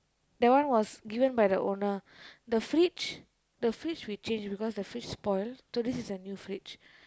that one was given by the owner the fridge the fridge we change because the fridge spoil so this is a new fridge